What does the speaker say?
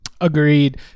Agreed